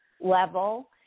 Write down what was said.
level